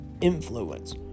influence